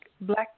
black